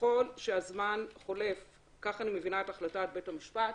ככל שהזמן חולף כך אני מבינה את החלטת בית המשפט